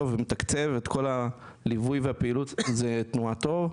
ומתקצב את כל הליווי והפעילות זו תנועת אור.